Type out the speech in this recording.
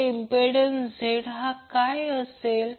तर impedance Z काय असेल